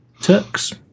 Turks